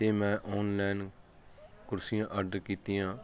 ਅਤੇ ਮੈਂ ਔਨਲੈਨ ਕੁਰਸੀਆਂ ਆਡਰ ਕੀਤੀਆਂ